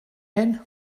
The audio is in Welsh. hyn